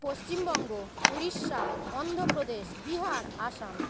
Paschimbanga Orissa Andhra Pradesh Bihar Assam